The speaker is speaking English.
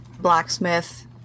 blacksmith